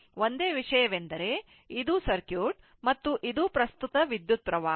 ಮತ್ತು ಒಂದೇ ವಿಷಯವೆಂದರೆ ಇದು ಸರ್ಕ್ಯೂಟ್ ಮತ್ತು ಇದು ಪ್ರಸ್ತುತ ವಿದ್ಯುತ್ ಹರಿವು